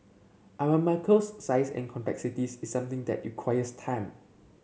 Aramco's size and complexities is something that requires time